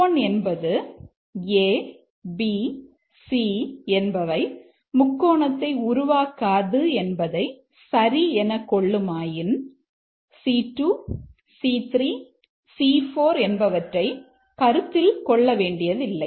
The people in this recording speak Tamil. C1 என்பது a b c என்பவை முக்கோணத்தை உருவாக்காது என்பதை சரி என கொள்ளுமாயின் C2 C3 C4 என்பவற்றை கருத்தில் கொள்ள வேண்டியதில்லை